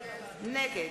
נגד